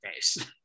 face